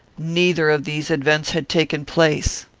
neither of these events had taken place.